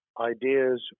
ideas